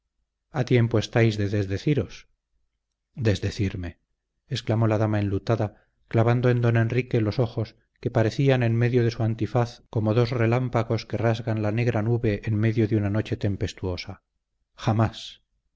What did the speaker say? a tiempo estáis de desdeciros desdecirme exclamó la dama enlutada clavando en don enrique los ojos que aparecían en medio de su antifaz como los relámpagos que rasgan la negra nube en medio de una noche tempestuosa jamás